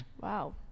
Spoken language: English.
wow